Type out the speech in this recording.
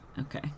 okay